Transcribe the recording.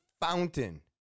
fountain